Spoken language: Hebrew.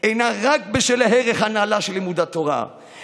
אינה רק בשל הערך הנעלה של לימוד התורה,